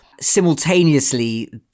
simultaneously